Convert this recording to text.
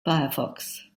firefox